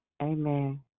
Amen